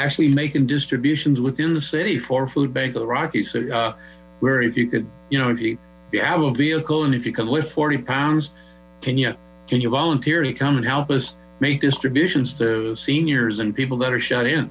actually making distributions within the city for food bank of the rockies where if you could have a vehicle and if you could lift forty pounds can you can you volunteer to come and help us make distributions seniors and people that are shut in